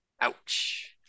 Ouch